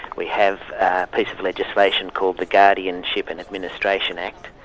we have a piece of legislation called the guardianship and administration act,